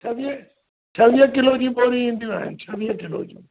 छवीह छवीह किलो जी ॿोरी ईंदियूं आहिनि छवीह किलो जी